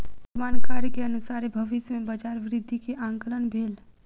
वर्तमान कार्य के अनुसारे भविष्य में बजार वृद्धि के आंकलन भेल